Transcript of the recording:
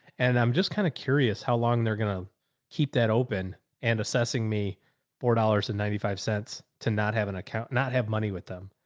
and i'm just kind of curious how long they're going to keep that open and assessing me four dollars and ninety five cents to not have an account, not have money with them.